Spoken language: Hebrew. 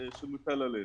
שמוטל עלינו.